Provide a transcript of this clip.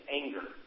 anger